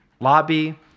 lobby